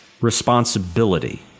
responsibility